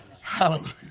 Hallelujah